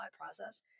process